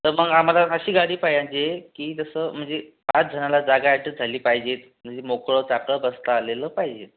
तर मग आम्हाला अशी गाडी पाहिजे की जसं म्हणजे पाच जणाला जागा ॲडजस्ट झाली पाहिजे म्हणजे मोकळं चाकळं बसता आलेलं पाहिजे